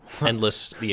endless